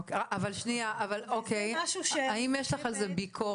אוקיי, אבל האם יש לך על זה ביקורת?